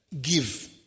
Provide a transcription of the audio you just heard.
Give